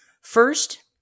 first